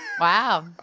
Wow